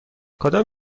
کدام